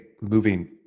moving